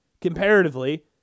comparatively